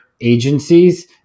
agencies